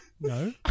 No